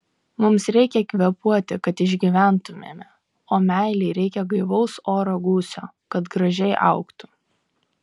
mums reikia kvėpuoti kad išgyventumėme o meilei reikia gaivaus oro gūsio kad gražiai augtų